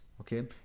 okay